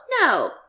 no